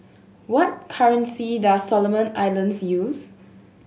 what currency does Solomon Islands use